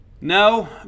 No